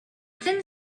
thin